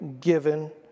given